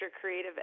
creative